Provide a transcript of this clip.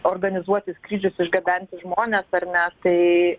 organizuoti skrydžius išgabenti žmones ar ne tai